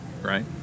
Right